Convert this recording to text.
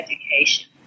education